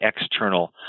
external